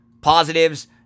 Positives